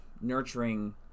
nurturing